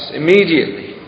immediately